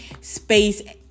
space